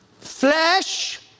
flesh